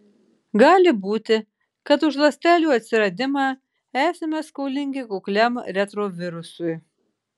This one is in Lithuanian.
gali būti kad už ląstelių atsiradimą esame skolingi kukliam retrovirusui